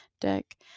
deck